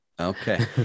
Okay